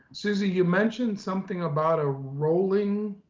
susy, you mentioned something about a rolling.